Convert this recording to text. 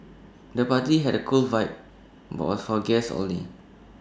the party had A cool vibe but was for guests only